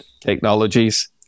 technologies